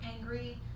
angry